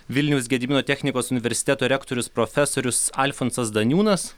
vilniaus gedimino technikos universiteto rektorius profesorius alfonsas daniūnas